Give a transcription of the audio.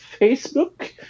Facebook